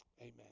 Amen